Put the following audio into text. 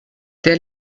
der